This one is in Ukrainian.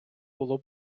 було